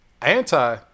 Anti